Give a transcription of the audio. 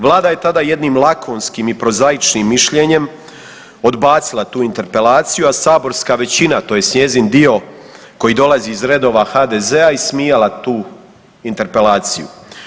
Vlada je tada jednim lakonskim i prozaičnim mišljenjem odbacila tu interpelaciju, a saborska većina tj. njezin dio koji dolazi iz redova HDZ-a ismijala tu interpelaciju.